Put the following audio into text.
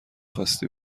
خاستی